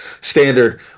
standard